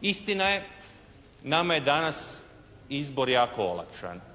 Istina je, nama je danas izbor jako olakšan.